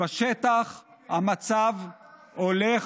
ובשטח המצב הולך,